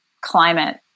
climate